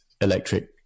electric